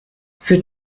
für